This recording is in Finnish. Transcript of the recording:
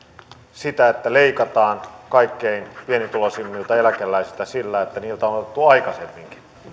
sitä että leikataan kaikkein pienituloisimmilta eläkeläisiltä sillä että heiltä on otettu aikaisemminkin